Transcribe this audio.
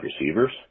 receivers